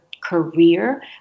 career